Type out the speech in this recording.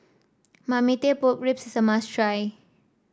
Marmite Pork Ribs is a must try